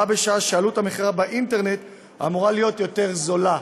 בה בשעה שעלות המכירה באינטרנט אמורה להיות זולה.